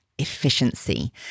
efficiency